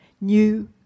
New